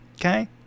Okay